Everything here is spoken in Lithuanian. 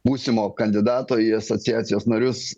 būsimo kandidato į asociacijos narius